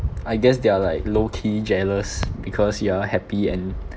I guess they are like low key jealous because you are happy and